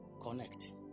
Connect